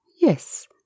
yes